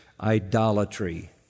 idolatry